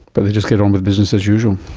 but they just get on with business as usual.